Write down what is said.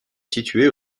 située